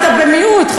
אתה במיעוט,